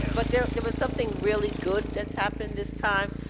but there there was something really good that's happened this time.